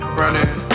running